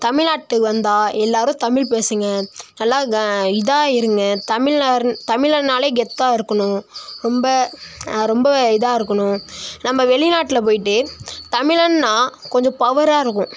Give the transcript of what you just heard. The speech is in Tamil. தமிழ்நாட்டுக்கு வந்தால் எல்லாரும் தமிழ் பேசுங்கள் நல்லா இதாக இருங்கள் தமிழர் தமிழன்னாலே கெத்தாக இருக்கணும் ரொம்ப ரொம்ப இதாருக்கணும் நம்ம வெளிநாட்டில் போயிட்டு தமிழன்னா கொஞ்சம் பவராயிருக்கும்